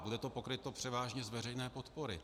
Bude to pokryto převážně z veřejné podpory.